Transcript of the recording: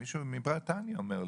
מישהו מבריטניה אומר לי,